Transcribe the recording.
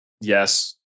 Yes